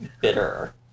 bitter